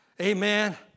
Amen